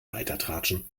weitertratschen